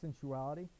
sensuality